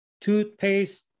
toothpaste